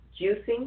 juicing